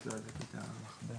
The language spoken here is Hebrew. שוק הדיור כמובן מעסיק אותנו